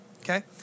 okay